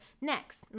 next